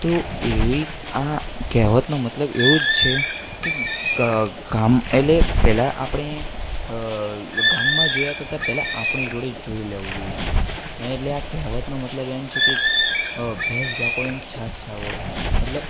તો એવી આ કહેવતનો મતલબ એવો જ છે કે ગામ એટલે પહેલાં આપણે ગામમાં જોયા કરતાં પહેલાં આપણે જોડે જોઈ લેવું જોઈએ એટલે આ કહેવતનો મતલબ એમ છે કે ભેંસ ભાગોળે ને છાસ છાગોળે મતલબ